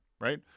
right